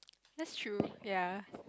that's true ya